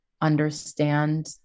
understand